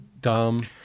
dumb